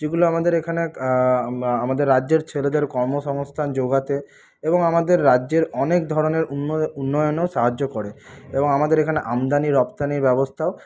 যেগুলো আমদের এখানে আমাদের রাজ্যের ছেলেদের কর্মসংস্থান জোগাতে এবং আমাদের রাজ্যের অনেক ধরনের উন্নয়নও সাহায্য করে এবং আমাদের এখানে আমদানি রপ্তানির ব্যবস্থাও